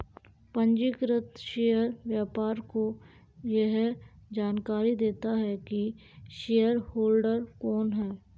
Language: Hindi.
पंजीकृत शेयर व्यापार को यह जानकरी देता है की शेयरहोल्डर कौन है